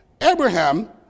Abraham